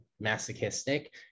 masochistic